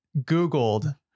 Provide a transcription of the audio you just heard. Googled